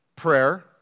prayer